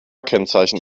kennzeichen